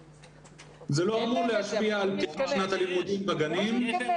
זה לא אמור להשפיע על פתיחת שנת הלימודים בגנים.